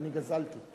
אני גזלתי ממך.